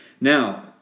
Now